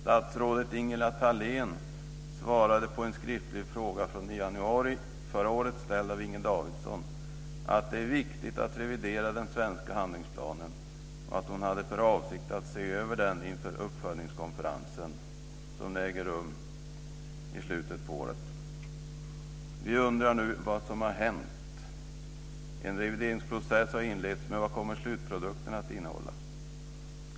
Statsrådet Ingela Thalén svarade på en skriftlig fråga i januari förra året som hade ställts av Inger Davidson att det är viktigt att revidera den svenska handlingsplanen och att hon hade för avsikt att se över den inför uppföljningskonferensen som äger rum i slutet av året.